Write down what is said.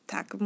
Tak